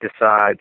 decides